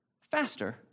faster